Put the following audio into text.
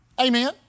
Amen